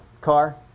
car